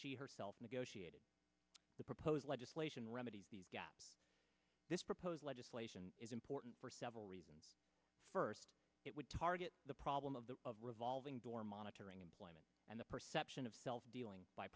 she herself negotiated the proposed legislation remedy this proposed legislation is important for several reasons first it would target the problem of the revolving door monitoring employment and the perception of self dealing by